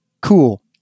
Cool